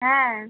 হ্যাঁ